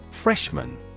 Freshman